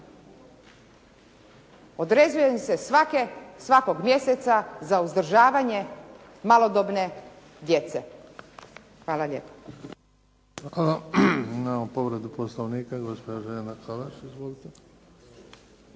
odrezuje im se svake, svakog mjeseca za uzdržavanje malodobne djece. Hvala lijepa.